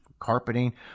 carpeting